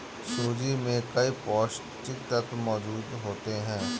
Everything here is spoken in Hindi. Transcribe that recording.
सूजी में कई पौष्टिक तत्त्व मौजूद होते हैं